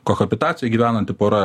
kohabitacijoj gyvenanti pora